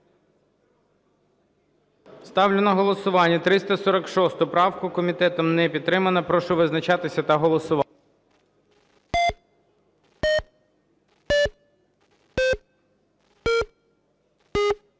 Ставлю на голосування 401 правку Власенка. Комітетом не підтримана. Прошу визначатися та голосувати.